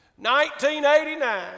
1989